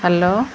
hello